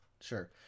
Sure